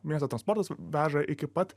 miesto transportas veža iki pat